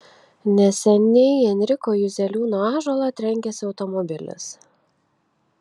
neseniai į enriko juzeliūno ąžuolą trenkėsi automobilis